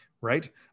right